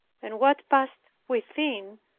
and what passed within,